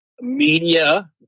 media